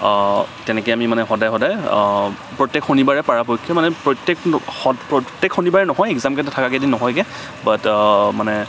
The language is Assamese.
তেনেকে আমি মানে সদায় সদায় প্ৰত্যেক শনিবাৰে পৰাপক্ষত মানে প্ৰত্যেক প্ৰত্যেক শনিবাৰে নহয় একজাম কেইটা থকা কেইদিন নহয়গে বাট মানে